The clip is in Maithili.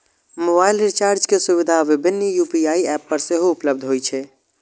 मोबाइल रिचार्ज के सुविधा विभिन्न यू.पी.आई एप पर सेहो उपलब्ध होइ छै